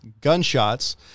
gunshots